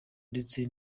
ndetse